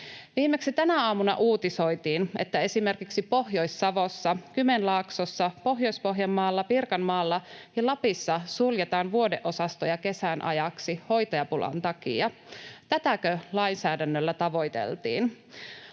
Viimeksi tänä aamuna uutisoitiin, että esimerkiksi Pohjois-Savossa, Kymenlaaksossa, Pohjois-Pohjanmaalla, Pirkanmaalla ja Lapissa suljetaan vuodeosastoja kesän ajaksi hoitajapulan takia. Tätäkö lainsäädännöllä tavoiteltiin?